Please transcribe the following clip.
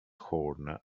horn